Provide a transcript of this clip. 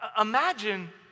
Imagine